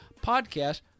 podcast